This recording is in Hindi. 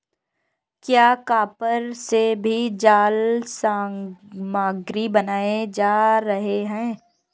क्या कॉपर से भी जाल सामग्री बनाए जा रहे हैं?